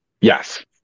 Yes